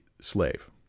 slave